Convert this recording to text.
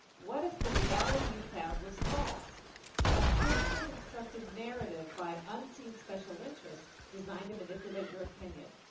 what if the reality you found was false a carefully-constructed narrative by unseen special interests designed to manipulate your opinion?